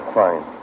fine